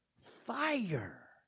Fire